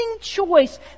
choice